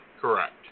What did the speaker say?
correct